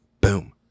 Boom